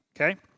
Okay